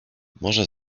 może